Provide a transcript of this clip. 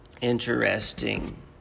interesting